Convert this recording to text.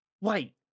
Wait